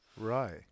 Right